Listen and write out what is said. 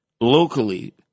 locally